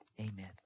Amen